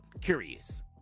curious